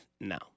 No